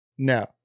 No